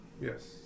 Yes